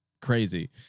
crazy